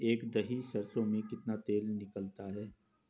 एक दही सरसों में कितना तेल निकलता है?